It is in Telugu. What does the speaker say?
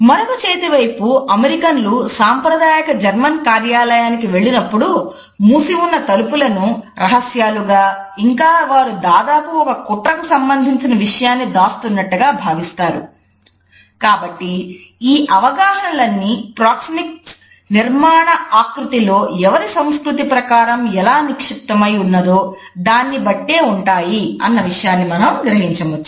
మరొక చేతి వైపు అమెరికన్లు నిర్మాణ ఆకృతిలో ఎవరి సంస్కృతి ప్రకారం ఎలా నిక్షిప్తమై ఉన్నదో దాన్నిబట్టి ఉంటాయి అన్న విషయాన్ని మనం గ్రహించవచ్చు